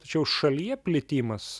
tačiau šalyje plitimas